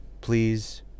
please